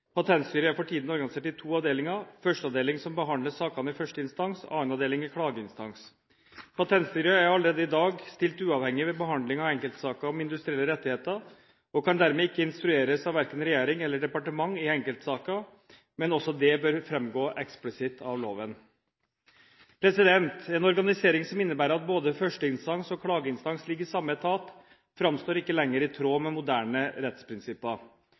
Patentstyret er for tiden organisert i to avdelinger: Første avdeling som behandler sakene i første instans, og Annen avdeling som er klageinstans. Patentstyret er allerede i dag stilt uavhengig ved behandling av enkeltsaker om industrielle rettigheter og kan dermed ikke instrueres av verken regjering eller departement i enkeltsaker – men også det bør framgå eksplisitt av loven. En organisering som innebærer at både førsteinstans og klageinstans ligger i samme etat, framstår ikke lenger i tråd med moderne rettsprinsipper.